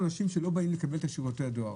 אנשים שלא באים לקבל את שירותי הדואר.